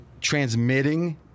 transmitting